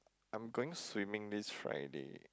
I'm going swimming this Friday